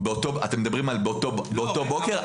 אתם מדברים על באותו בוקר?